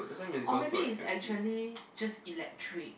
or maybe is actually just electric